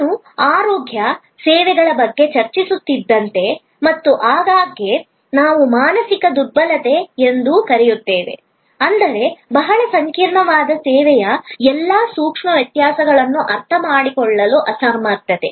ನಾನು ಆರೋಗ್ಯ ಸೇವೆಗಳ ಬಗ್ಗೆ ಚರ್ಚಿಸುತ್ತಿದ್ದಂತೆ ಮತ್ತು ಆಗಾಗ್ಗೆ ನಾವು ಮಾನಸಿಕ ದುರ್ಬಲತೆ ಎಂದು ಕರೆಯುತ್ತೇವೆ ಅಂದರೆ ಬಹಳ ಸಂಕೀರ್ಣವಾದ ಸೇವೆಯ ಎಲ್ಲಾ ಸೂಕ್ಷ್ಮ ವ್ಯತ್ಯಾಸಗಳನ್ನು ಅರ್ಥಮಾಡಿಕೊಳ್ಳಲು ಅಸಮರ್ಥತೆ